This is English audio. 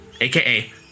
aka